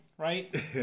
Right